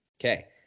Okay